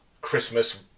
Christmas